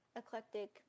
eclectic